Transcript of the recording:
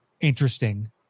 interesting